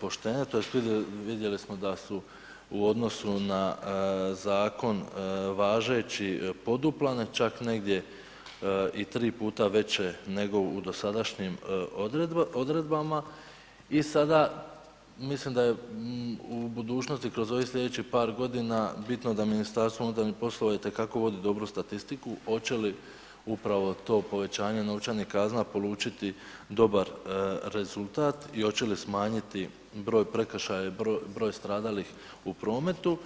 poštene, to jest vidjeli smo da su u odnosu na Zakon važeći poduplane čak negdje i tri puta veće nego u dosadašnjim odredbama, i sada mislim da je u budućnosti kroz ovih sljedećih par godina bitno da Ministarstvo unutarnjih poslova itekako vodi dobru statistiku, hoće li upravo to povećanje novčanih kazna polučiti dobar rezultat i hoće li smanjiti broj prekršaja i broj stradalih u prometu.